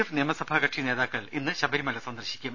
F നിയമസഭാ കക്ഷി നേതാക്കൾ ഇന്ന് ശബരിമല സന്ദർശിക്കും